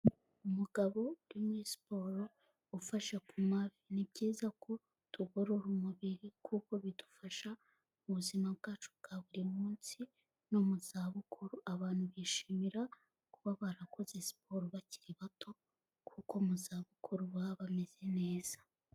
Umugabo uri muri siporo fasha ku mavi, ni byiza ko tugorora umubiri kuko bidufasha mu buzima bwacu bwa buri munsi no mu zabukuru, abantu bishimira kuba barakoze siporo bakiri bato kuko mu zabukuru baba bameze neza.